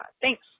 Thanks